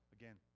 again